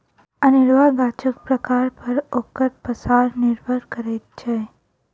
अनेरूआ गाछक प्रकार पर ओकर पसार निर्भर करैत छै